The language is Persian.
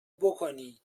بکنی